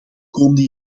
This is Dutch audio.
komende